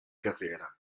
carriera